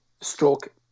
stroke